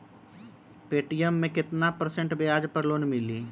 Paytm मे केतना percent ब्याज पर लोन मिली?